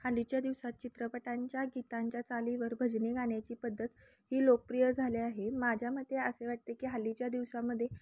हल्लीच्या दिवसात चित्रपटांच्या गीतांच्या चालीवर भजने गाण्याची पद्धत ही लोकप्रिय झाले आहे माझ्या मते असे वाटते की हल्लीच्या दिवसामध्ये